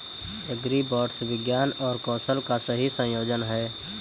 agribots विज्ञान और कौशल का सही संयोजन हैं